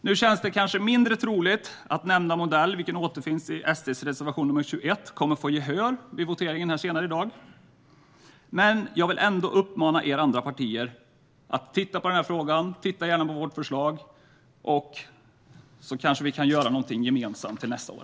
Nu känns det mindre troligt att nämnda modell, vilken återfinns i SD:s reservation nr 21, kommer att få gehör vid voteringen senare i dag, men jag vill ändå uppmana er i de andra partierna att titta på frågan, gärna titta på vårt förslag, och sedan kanske vi kan göra något gemensamt till nästa år.